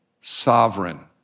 sovereign